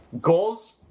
goals